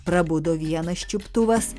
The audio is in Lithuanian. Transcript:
prabudo vienas čiuptuvas